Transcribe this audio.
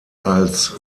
als